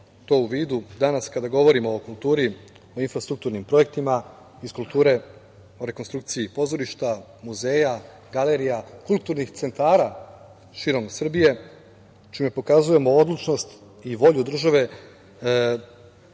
to u vidu danas kada govorimo o kulturi, o infrastrukturnim projektima iz kulture, o rekonstrukciji pozorišta, muzeja, galerija, kulturnih centara širom Srbije, čime pokazujemo odlučnost i volju države